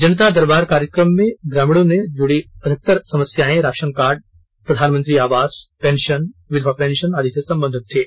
जनता दरबार कार्यक्रम में ग्रामीणों से जुड़ी अधिकतर समस्याएं राशनकार्ड प्रधानमंत्री आवास पेंशन विधवा पेंशन आदि से संबंधित थीं